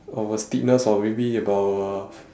of a steepness of maybe about uh